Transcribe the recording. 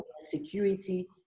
security